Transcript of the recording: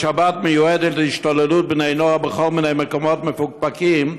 והשבת מיועדת להשתוללות בני נוער בכל מיני מקומות מפוקפקים,